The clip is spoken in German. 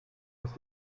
dass